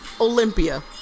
Olympia